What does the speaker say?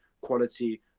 quality